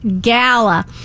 gala